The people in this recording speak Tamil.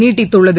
நீட்டித்துள்ளது